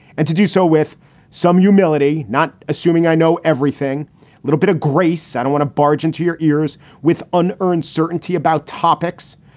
and to do so with some humility, not assuming i know everything, a little bit of grace. i don't want to barge into your ears with unearned certainty about topics,